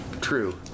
true